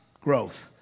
growth